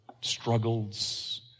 struggles